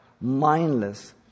mindless